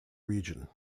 region